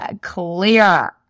clear